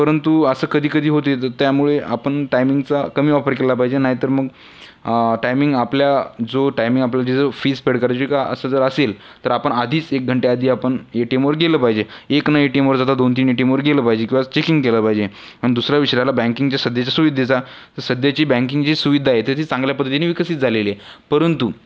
परंतु असं कधी कधी होते तर त्यामुळे आपण टाईमिंगचा कमी वापर केला पाहिजे नाही तर मग टाईमिंग आपल्या जो टाईमिंग आपल्या जिथे फीज पेड करायची का असं जर असेल तर आपण आधीच एक घंट्याआधी आपण ए टी एमवर गेलं पाहिजे एक ना ए टी एमवर जात आपण दोन तीन ए टी एमवर गेलं पाहिजे किंवा चेकिंग केलं पाहिजे आणि दुसरा विषय राहिला बँकिंगच्या सध्याच्या सुविधेचा सध्याची बँकिंगची जी सुविधा आहे ते ती चांगल्या पद्धतीने विकसित झालेली आहे परंतु